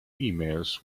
emails